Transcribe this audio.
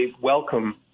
welcome